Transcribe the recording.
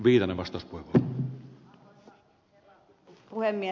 arvoisa herra puhemies